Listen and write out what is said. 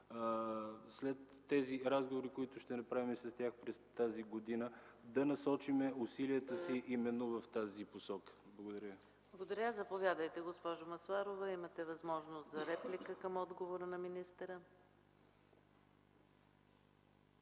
след тези разговори, които ще направим с тях през тази година и да насочим усилията си именно в тази посока. Благодаря. ПРЕДСЕДАТЕЛ ЕКАТЕРИНА МИХАЙЛОВА: Госпожо Масларова, имате възможност за реплика към отговора на министъра,